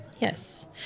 Yes